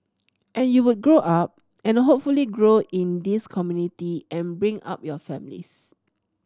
and you would grow up and hopefully grow in this community and bring up your families